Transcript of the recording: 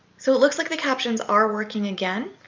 so it looks like the captions are working again.